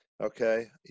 Okay